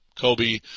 Kobe